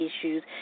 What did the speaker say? issues